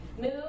move